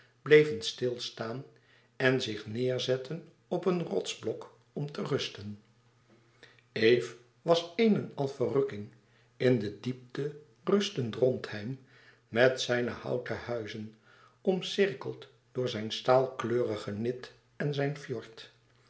bleven stil staan en zich neêrzetten op een rotsblok om te rusten eve was een en al verrukking in de diepte rustte drontheim met zijne houten huizen omcirkeld door zijn staalkleurigen nid en zijn fjord